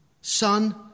Son